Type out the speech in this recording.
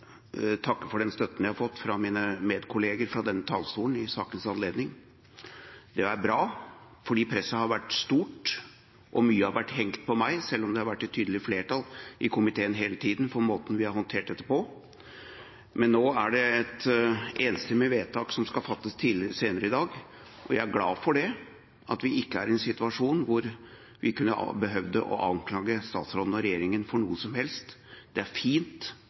for den støtten jeg har fått fra mine kolleger fra denne talerstolen i sakens anledning. Det er bra, fordi presset har vært stort, og mye har vært hengt på meg, selv om det har vært et tydelig flertall i komiteen hele tiden for måten vi har håndtert dette på. Nå er det et enstemmig vedtak som skal fattes senere i dag. Jeg er glad for at vi ikke er i en situasjon hvor vi behøver å anklage statsråden og regjeringen for noe som helst. Det er fint